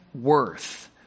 worth